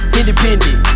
independent